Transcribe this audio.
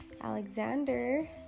Alexander